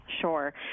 Sure